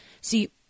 See